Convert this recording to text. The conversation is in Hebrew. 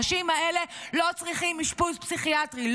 האנשים האלה לא צריכים אשפוז פסיכיאטרי.